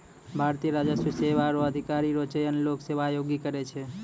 भारतीय राजस्व सेवा रो अधिकारी रो चयन लोक सेवा आयोग करै छै